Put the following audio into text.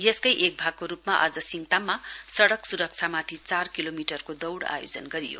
यसकै एक भागको रुपमा आज सिङताममा सड़क सुरक्षा सुरक्षामाथि चार किलोमिटरको दौड़ आयोजन गरियो